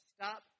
stop